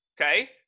Okay